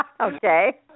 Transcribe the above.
Okay